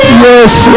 yes